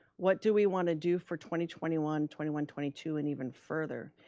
what do we want to do for twenty twenty one twenty one twenty two and even further?